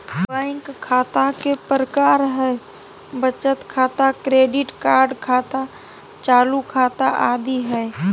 bank खता के प्रकार हइ बचत खाता, क्रेडिट कार्ड खाता, चालू खाता आदि हइ